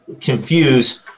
confuse